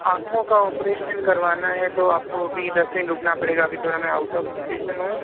आँखों का ऑपरेशन करवाना है तो आपको अभी दस दिन रुकना पड़ेगा अभी थोड़ा मैं आउट ऑफ़ स्टेशन हूँ